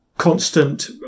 constant